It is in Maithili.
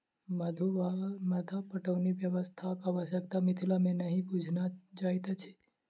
मद्दु वा मद्दा पटौनी व्यवस्थाक आवश्यता मिथिला मे नहि बुझना जाइत अछि